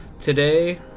today